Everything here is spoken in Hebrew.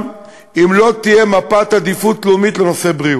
אם לא תהיה מפת עדיפויות לאומית לנושא בריאות,